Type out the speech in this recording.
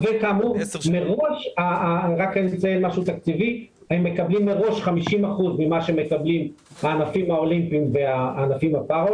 כאמור הם מקבלים מראש 50% ממה שמקבלים הענפים האולימפיים והענפים הפארא